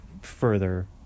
further